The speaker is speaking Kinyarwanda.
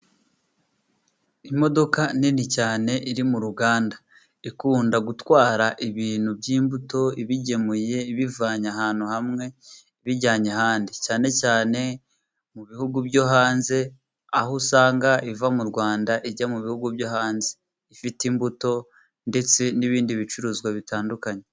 Imodoka nini cyane iri mu ruganda. Ikunda gutwara ibintu by'imbuto ibigemuye ibivanye ahantu hamwe bijyanye ahandi. Cyane cyane mu bihugu byo hanze, aho usanga iva mu Rwanda ijya mu bihugu byo hanze. Ifite imbuto ndetse n'ibindi bicuruzwa bitandukanye.